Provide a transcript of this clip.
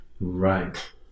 Right